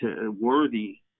worthy